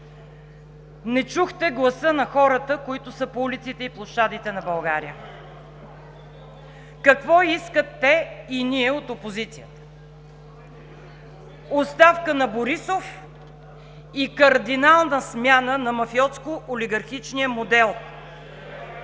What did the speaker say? Не чухте гласа на хората, които са по улиците и площадите на България. Какво искат те и ние от опозицията? Оставка на Борисов и кардинална смяна на мафиотско-олигархичния модел,